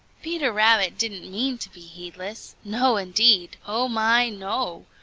peter rabbit didn't mean to be heedless. no, indeed! oh, my, no!